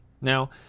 Now